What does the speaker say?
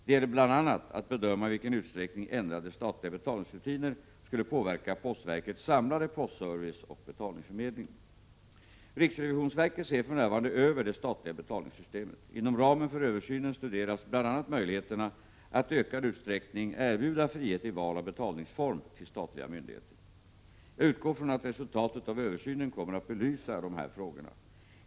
Det gäller bl.a. att bedöma i vilken utsträckning ändrade statliga betalningsrutiner skulle påverka postverkets samlade postservice och betalningsförmedling. Riksrevisionsverket ser för närvarande över det statliga betalningssystemet. Inom ramen för översynen studeras bl.a. möjligheterna att i ökad utsträckning erbjuda frihet i val av betalningsform till statliga myndigheter. Jag utgår från att resultatet av översynen kommer att belysa dessa frågor.